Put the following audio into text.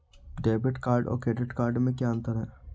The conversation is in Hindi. डेबिट कार्ड और क्रेडिट कार्ड में क्या अंतर है?